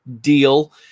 deal